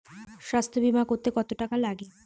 স্বাস্থ্যবীমা করতে কত টাকা লাগে?